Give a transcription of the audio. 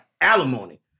alimony